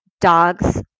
dogs